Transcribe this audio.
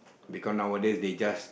because nowadays they just